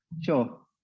Sure